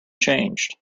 changed